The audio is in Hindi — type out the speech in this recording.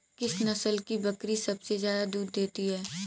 किस नस्ल की बकरी सबसे ज्यादा दूध देती है?